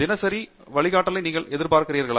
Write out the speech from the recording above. தினசரி வழிகாட்டலை நீங்கள் எதிர்பார்க்கிறீர்கள்